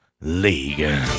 League